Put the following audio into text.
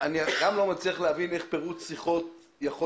אני לא מצליח להבין איך פירוט שיחות יכול